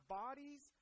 bodies